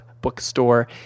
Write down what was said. bookstore